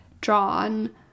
drawn